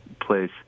place